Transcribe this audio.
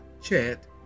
chat